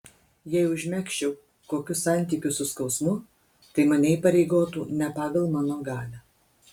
jei užmegzčiau kokius santykius su skausmu tai mane įpareigotų ne pagal mano galią